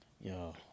Yo